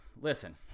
listen